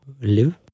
live